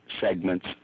segments